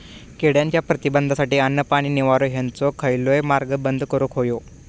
किड्यांच्या प्रतिबंधासाठी अन्न, पाणी, निवारो हेंचो खयलोय मार्ग बंद करुक होयो